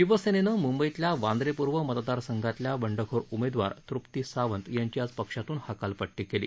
शिवसेनेनं मुंबईतल्या वांद्रे पूर्व मतदारसंघातल्या बंडखोर उमेदवार तृप्ती सावंत यांची आज पक्षातून हकालपट्टी केली